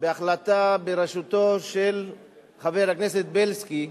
בראשותו של חבר הכנסת בילסקי,